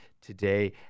today